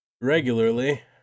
Regularly